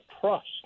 trust